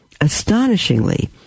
astonishingly